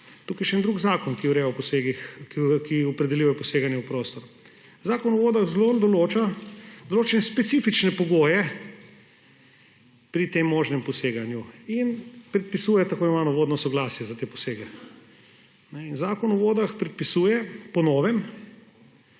tukaj še en drug zakon, ki opredeljuje poseganje v prostor. Zakon o vodah zelo določa določene specifične pogoje pri tem možnem poseganju in predpisuje tako imenovano vodno soglasje za te posege. In Zakon o vodah predpisuje po novem,